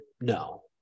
No